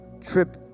trip